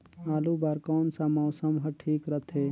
आलू बार कौन सा मौसम ह ठीक रथे?